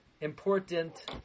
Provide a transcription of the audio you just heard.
important